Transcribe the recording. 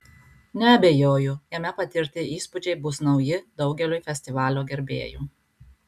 neabejoju jame patirti įspūdžiai bus nauji daugeliui festivalio gerbėjų